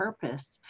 purpose